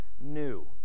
new